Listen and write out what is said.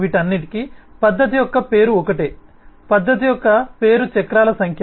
వీటన్నిటికీ పద్ధతి యొక్క పేరు ఒకటే పద్ధతి యొక్క పేరు చక్రాల సంఖ్య